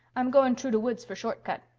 i'm goin' troo de woods for short cut.